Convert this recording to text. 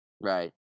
right